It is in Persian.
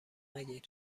نگیر